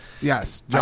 Yes